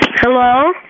Hello